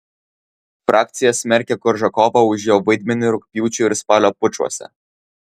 frakcija smerkia koržakovą už jo vaidmenį rugpjūčio ir spalio pučuose